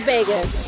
Vegas